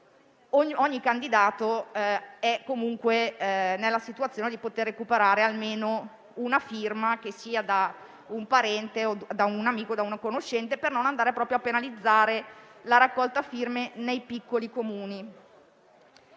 ogni candidato è comunque nella condizione di recuperare almeno una firma, che sia da un parente, da un amico o da un conoscente, per non andare proprio a penalizzare la raccolta firme nei piccoli Comuni.